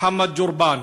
מוחמד ג'ורבאן,